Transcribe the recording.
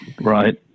Right